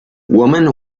women